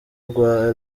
rwa